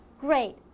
great